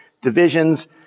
divisions